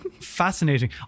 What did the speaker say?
fascinating